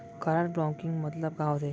Card blocking मतलब का होथे?